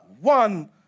one